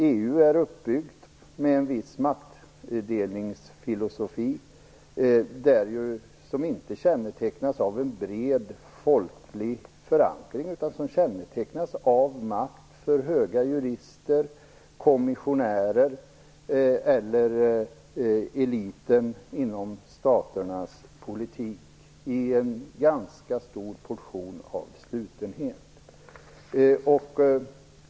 EU är uppbyggt med en maktdelningsfilosofi som inte kännetecknas av en bred folklig förankring utan av makt för höga jurister, kommissionärer eller eliten inom staternas politiska sfär, i en ganska stor portion av slutenhet.